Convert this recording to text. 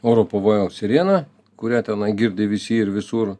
oro pavojaus sireną kurią tenai girdi visi ir visur